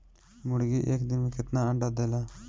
मुर्गी एक दिन मे कितना अंडा देला?